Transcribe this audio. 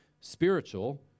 spiritual